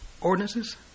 ordinances